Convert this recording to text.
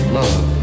love